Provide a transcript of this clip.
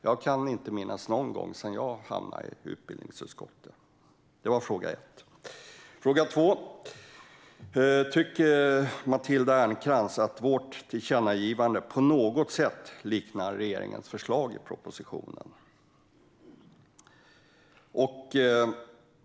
Jag kan inte minnas en enda gång sedan jag hamnade i utbildningsutskottet. Det var fråga ett. Fråga två: Tycker Matilda Ernkrans att vårt tillkännagivande på något sätt liknar regeringens förslag i propositionen?